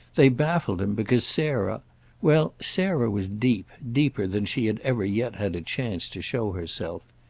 they baffled him because sarah well, sarah was deep, deeper than she had ever yet had a chance to show herself.